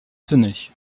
tenais